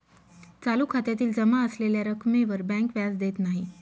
चालू खात्यातील जमा असलेल्या रक्कमेवर बँक व्याज देत नाही